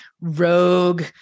rogue